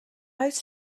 oes